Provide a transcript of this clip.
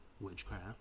witchcraft